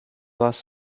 was